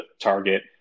target